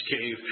cave